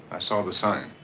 i saw the sign.